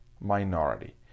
minority